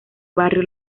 barrio